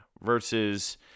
versus